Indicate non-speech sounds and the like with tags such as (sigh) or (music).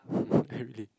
(breath) I really